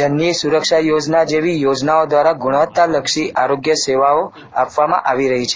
જનની સુરક્ષા યોજના જેવી યોજનાઓ દ્વારા ગુણવત્તાલક્ષી આરોગ્ય સેવાઓ આપવામાં આવી રહી છે